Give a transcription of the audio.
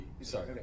Sorry